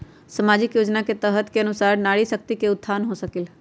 सामाजिक योजना के तहत के अनुशार नारी शकति का उत्थान हो सकील?